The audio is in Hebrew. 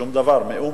שום דבר, מאומה.